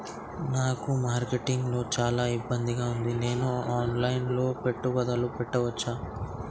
నాకు మార్కెట్స్ లో చాలా ఇబ్బందిగా ఉంది, నేను ఆన్ లైన్ లో పెట్టుబడులు పెట్టవచ్చా?